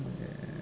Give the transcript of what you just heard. uh